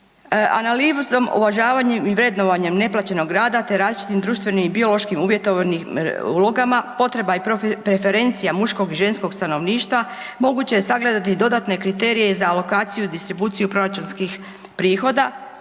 Analizom, uvažavanjem i vrednovanjem neplaćenog rada te različitim društvenim i biološkim uvjetovanim ulogama, potreba i preferencija muškog i ženskog stanovništva moguće je sagledati dodatne kriterije za alokaciju i distribuciju proračunskih prihoda